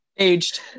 aged